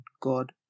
God